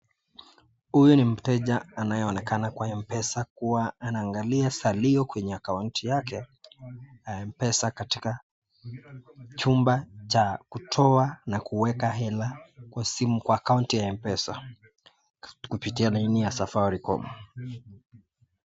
Huyu ni mteja anayeonekana kwa m-pesa kuwa anaangalia salio kwenye akaunti yake ya m-pesa katika chumba cha kutoa na kuweka hela kwa simu, kwa akaunti ya m-pesa, kupitia laini ya Safaricom.